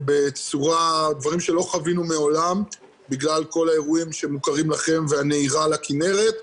דברים שלא חווינו מעולם בגלל כל האירועים שמוכרים לכם והנהירה לכינרת.